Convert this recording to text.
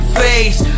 face